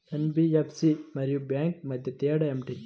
NBFC మరియు bank మధ్య తేడా ఏమిటి?